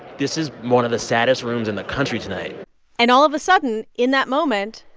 this is one of the saddest rooms in the country tonight and all of a sudden, in that moment,